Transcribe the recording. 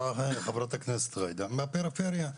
מהפריפריה: